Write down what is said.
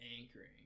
anchoring